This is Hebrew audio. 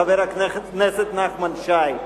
חבר הכנסת נחמן שי.